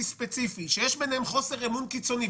ספציפי שיש ביניהם חוסר אמון קיצוני.